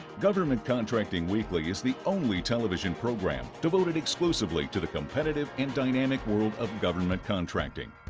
government contracting weekly is the only television program devoted exclusively to the competitive and dynamic world of government contracting.